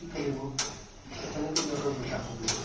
কি খেলিব কেনেকৈ সিহঁতৰ বিকাশ ঘটিব